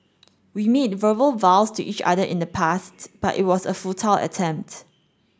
we made verbal vows to each other in the past but it was a futile attempt